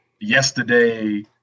yesterday